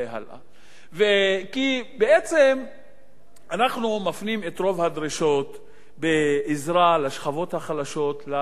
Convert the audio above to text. בעצם אנחנו מפנים את רוב הדרישות לעזרה לשכבות החלשות לשלטון המרכזי,